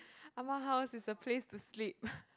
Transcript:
ah-ma house is the place to sleep